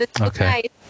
Okay